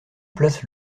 place